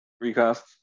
recast